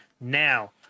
Now